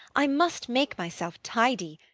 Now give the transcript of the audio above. i must make myself tidy.